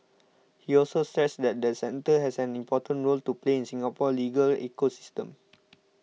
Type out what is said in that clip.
he also stressed that the centre has an important role to play in Singapore's legal ecosystem